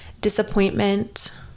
disappointment